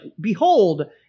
behold